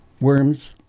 worms